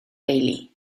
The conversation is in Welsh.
deulu